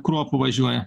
kruopų važiuoja